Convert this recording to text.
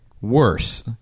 worse